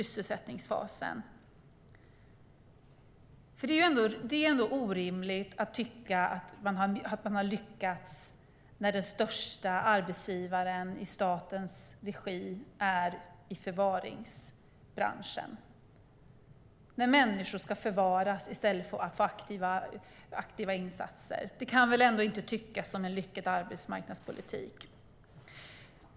Det är ändå orimligt att tycka att man har lyckats när den största arbetsgivaren i statens regi är i förvaringsbranschen. Människor förvaras i stället för att få aktiva insatser. Det kan väl ändå inte anses vara en lyckad arbetsmarknadspolitik.